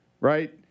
right